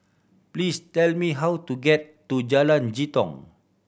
please tell me how to get to Jalan Jitong